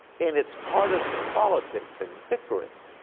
in its partisan politics and bickering,